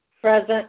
Present